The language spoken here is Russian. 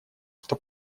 что